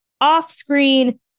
off-screen